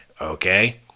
Okay